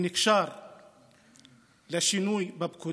הנושאים שעלו כמעט בכל דיון ונקשרו לשינוי בפקודה,